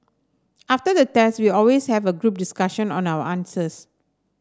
after the test we always have a group discussion on our answers